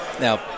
now